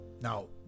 Now